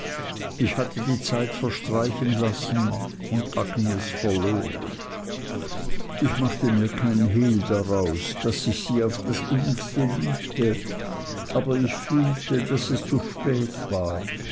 ich hatte die zeit verstreichen lassen und agnes verloren ich machte mir kein hehl daraus daß ich sie auf das innigste liebte aber ich fühlte daß es zu spät war